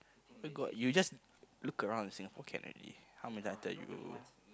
where got you just look around in Singapore can already how many time I tell you